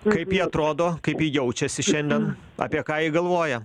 kaip ji atrodo kaip ji jaučiasi šiandien apie ką ji galvoja